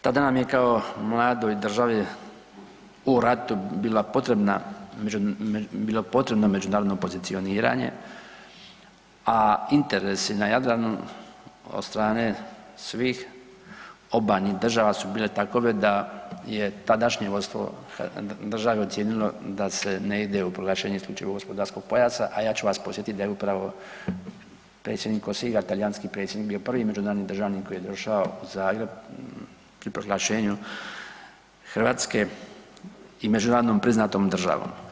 Tada nam je kao mladoj državi u ratu bila potrebna, bilo potrebno međunarodno pozicioniranje a interesi na Jadranu od strane svih obalnih država su bile takve da je tadašnje vodstvo države ocijenilo da se ne ide u proglašenje IGP-a a ja ću vas podsjetiti da je upravo Predsjednik Cossiga, talijanski Predsjednik bio prvi međunarodni državnik koji je došao u Zagreb pri proglašenju Hrvatske i međunarodnom priznatom državom.